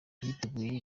yiteguye